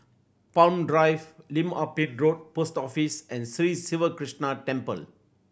Palm Drive Lim Ah Pin Road Post Office and Sri Siva Krishna Temple